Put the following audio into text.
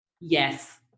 Yes